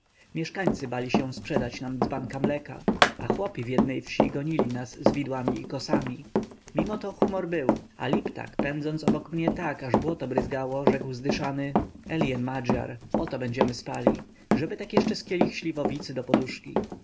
mieszkańcy bali się sprzedać nam dzbanka mleka a chłopi w jednej wsi gonili nas z widłami i kosami mimoto humor był a liptak pędząc obok mnie tak aż błoto bryzgało rzekł zadyszany eljen magjar oto będziemy spali żeby tak jeszcze z kielich śliwowicy do poduszki